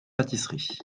pâtisserie